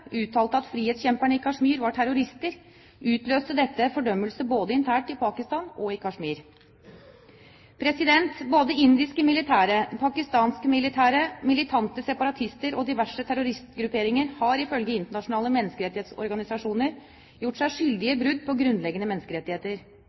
uttalte at frihetskjemperne i Kashmir var terrorister, utløste dette fordømmelse både internt i Pakistan og i Kashmir. Både det indiske militæret, det pakistanske militæret, militante separatister og diverse terroristgrupperinger har ifølge internasjonale menneskerettighetsorganisasjoner gjort seg skyldige